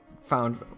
found